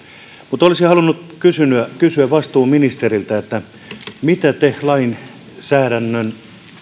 mutta olisin halunnut kysyä kysyä vastuuministeriltä mitä te lainsäädännön